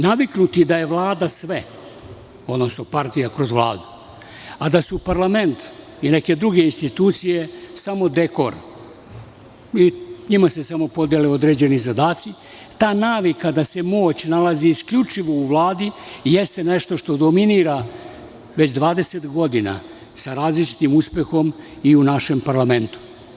Naviknuti da je Vlada sve, odnosno partija kroz Vladu, a da su parlament i neke druge institucije samo dekor, njima se samo podele određeni zadaci, ta navika da se moć nalazi isključivo u Vladi jeste nešto što dominira već 20 godina sa različitim uspehom i u našem parlamentu.